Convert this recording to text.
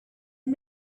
are